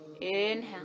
Inhale